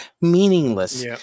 meaningless